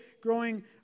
growing